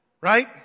right